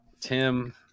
Tim